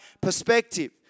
perspective